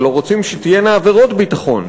ולא רוצים שתהיינה עבירות ביטחון.